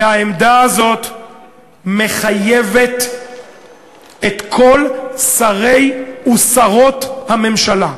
והעמדה הזאת מחייבת את כל שרי ושרות הממשלה,